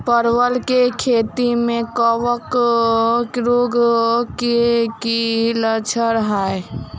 परवल केँ खेती मे कवक रोग केँ की लक्षण हाय?